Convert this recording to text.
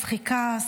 מצחיקה,